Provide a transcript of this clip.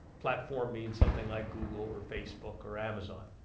platform means something like google or facebook or amazon.